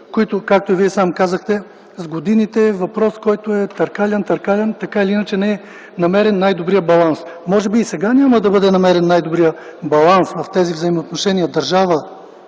които, както Вие сам казахте, е въпрос, който с годините е търкалян, търкалян и така или иначе не е намерен най-добрият баланс. Може би и сега няма да бъде намерен най-добрият баланс в тези взаимоотношения държава,